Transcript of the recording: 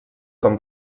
com